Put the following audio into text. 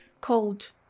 called